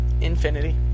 Infinity